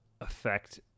affect